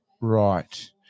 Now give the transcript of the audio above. Right